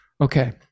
okay